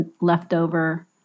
leftover